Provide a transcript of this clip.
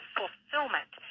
fulfillment